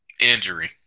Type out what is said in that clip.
Injury